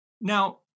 Now